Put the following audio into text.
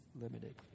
limited